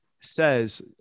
says